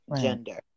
gender